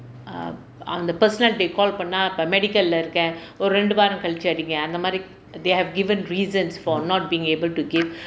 err on the personal day call பண்ணா:pannaa medical இல்ல இருக்கேன் ஒரு இரண்டு வாரம் கழித்து அடியுங்க அந்த மாதிரி:illa irukaen oru irandu vaaram kalithu adiyunga antha maathiri they have given reasons for not being able to give